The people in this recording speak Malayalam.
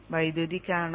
വൈദ്യുതി കാണാം